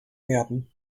werden